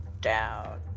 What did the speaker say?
down